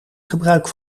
gebruik